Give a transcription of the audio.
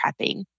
prepping